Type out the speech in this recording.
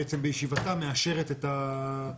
בעצם בישיבתה, מאשרת את הדו"חות.